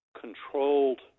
controlled